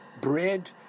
bread